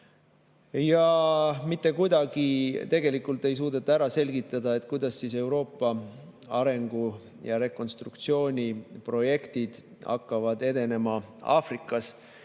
Ja mitte kuidagi tegelikult ei suudeta ära selgitada, kuidas Euroopa arengu‑ ja rekonstruktsiooniprojektid hakkavad edenema Aafrikas